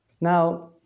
Now